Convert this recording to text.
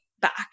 back